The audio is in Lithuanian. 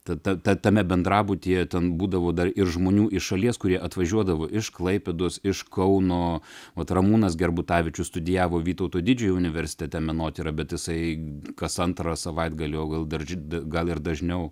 tad tad ta tame bendrabutyje ten būdavo dar ir žmonių iš šalies kurie atvažiuodavo iš klaipėdos iš kauno vat ramūnas gerbutavičius studijavo vytauto didžiojo universitete menotyrą bet jisai kas antrą savaitgalį o gal dar gal ir dažniau